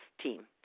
team